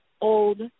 old